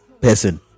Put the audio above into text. person